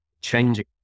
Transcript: changing